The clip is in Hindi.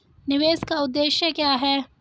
निवेश का उद्देश्य क्या है?